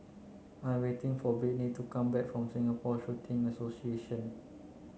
I'm waiting for Brittny to come back from Singapore Shooting Association